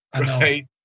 right